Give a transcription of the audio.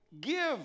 give